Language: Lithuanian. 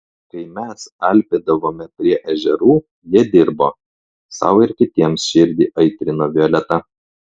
kai mes alpėdavome prie ežerų jie dirbo sau ir kitiems širdį aitrino violeta